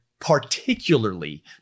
particularly